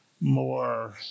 more